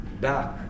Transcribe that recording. back